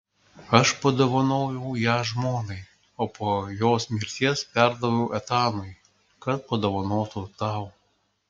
aš padovanojau ją žmonai o po jos mirties perdaviau etanui kad padovanotų tau